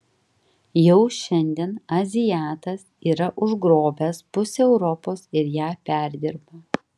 jau šiandien azijatas yra užgrobęs pusę europos ir ją perdirba